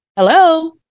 Hello